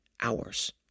hours